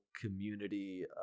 community